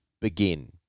begin